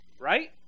right